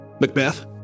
Macbeth